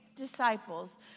disciples